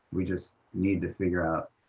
we just need to figure out